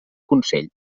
consell